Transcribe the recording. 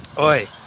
Oi